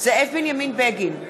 זאב בנימין בגין,